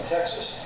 Texas